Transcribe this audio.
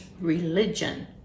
religion